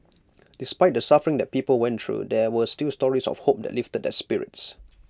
despite the suffering that people went through there were still stories of hope that lifted their spirits